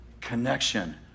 connection